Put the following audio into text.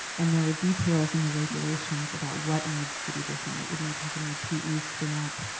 and there are details in the regulations about what needs to be different. it would need to have a new pe stamp,